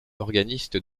organiste